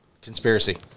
conspiracy